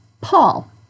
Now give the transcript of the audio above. Paul